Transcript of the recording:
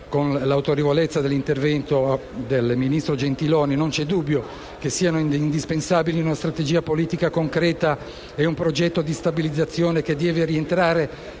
con l'autorevolezza dell'intervento del ministro Gentiloni, non c'è dubbio che siano indispensabili una strategia politica concreta e un progetto di stabilizzazione che deve rientrare